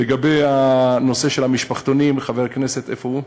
לגבי הנושא של המשפחתונים, חבר הכנסת, איפה הוא?